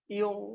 yung